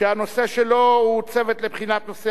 שהנושא שלו הוא: צוות לבחינת נושא